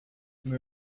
meu